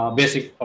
basic